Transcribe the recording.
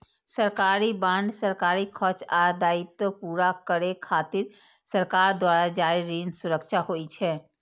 सरकारी बांड सरकारी खर्च आ दायित्व पूरा करै खातिर सरकार द्वारा जारी ऋण सुरक्षा होइ छै